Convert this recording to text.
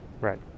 Right